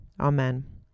Amen